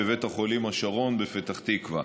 בבית החולים השרון בפתח תקווה.